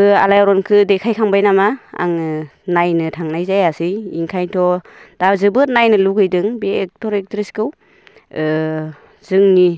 आलायारनखो देखाइखांबाय नामा आङो नायनो थांनाय जायासै ओंखायनोथ' दा जोबोद नायनो लुगैदों बे एक्टर एक्ट्रेसखौ ओ जोंनि